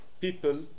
people